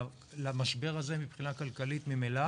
למשבר הזה מבחינה כלכלית ממילא